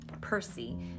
Percy